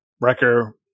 Wrecker